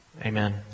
Amen